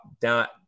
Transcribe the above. dot